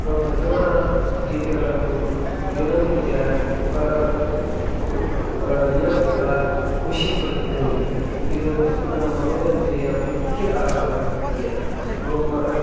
ಭಜನಾ ಗೀತೆಗಳನ್ನು ದಿನ ನಿತ್ಯ ಪ ಕು ಹೇಳುತ್ತ ಖುಷಿ ಪಡುತ್ತೇನೆ ಇದು ನನ್ನ ಮನೋರಂಜನೆಯ ಮುಖ್ಯ ಕಾರಣವಾಗಿರುತ್ತದೆ